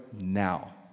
now